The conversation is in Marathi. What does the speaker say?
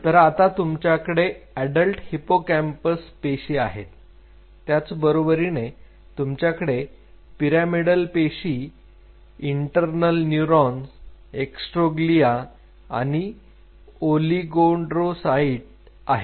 तर आता तुमच्याकडे अडल्ट हिपोकॅम्पस पेशी आहेत त्याचबरोबरीने तुमच्याकडे पिरॅमिडल पेशी इंटरनल न्यूरॉन्स एस्ट्रोग्लिया आणि ओलीगोडेंडरोसाईट आहेत